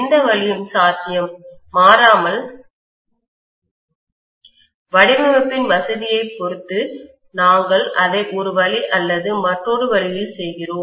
எந்த வழியும் சாத்தியம் மாறாமல் வடிவமைப்பின் வசதியைப் பொறுத்து நாங்கள் அதை ஒரு வழி அல்லது மற்றொரு வழியில் செய்கிறோம்